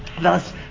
Thus